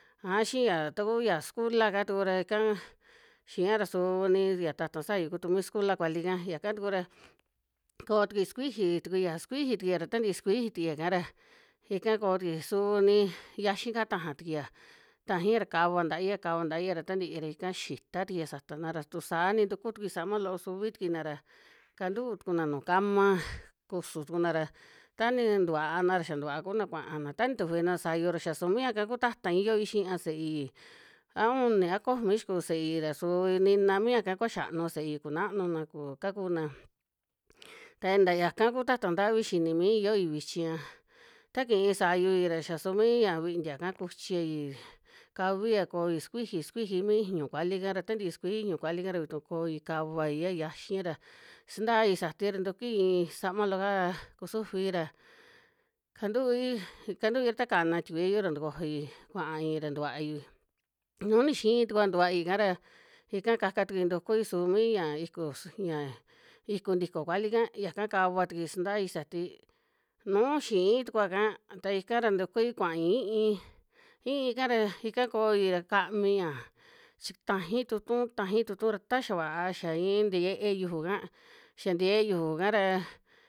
Aja xii ya taku ya sukula'ka tuku ra ika xia ya suu ni ya ta'ta sayu kutu mi sukula kualika yaka tuku ra, koo tukui sukuiji tukuiya, sukuiji tukuia ra tantii sukuiji tukuia'ka ra, ika koo tukui su ni yiaxi'ka taja tukuia, tajaia ra kava ntaia, kava natia ta ntii ra ika xita tukuia satana ra tusaa ni ntuku tukui sama loo suvi tukuina ra, kantuu tukuna nuu kama kusu tukuna ra, ta ni ntuvaana ra xia tuvaa kuna kuaana, ta nitufina ra sayu ra ya suu miaka ku ta'tai yooi xia se'ei, a uni, a komi xikuu se'ei ra suu nina miaka kua xianua se'ei kunanuna ku kakuna, ta nta yaka ku ta'ta ntavi xini mii yooi vichi'a, ta kii sayui ra xia su mii ya vintia'ka kuchiai, kavia koi sukuiji, sukuiji mi ijñu kuali'ka ra, ta ntii sukuiji mi ijñu kuali'ka ra vituu koi kavaia yiaxi ra suntai satai ra ntukui iin sama loo'ka kusufi ra, kantui, kantui ra ta kana tikuiyu ra ntukojoi kuai ra ntuvai, nu nixii tukua tukuai'ka ra ika kaka tukui ntukui su mii ya iku s ya iku ntiko kualika, yaka kava tukui suntai satai nuu xii tukua'ka, ta ika ra ntukui kuai i'ín, i'ínka ra ika koi ra kamiia chi tajai tu'utu, tajai tu'utu ra ta xia va'a xia iin nte yiee yuju'ka, xa nte yiee yuju'ka ra.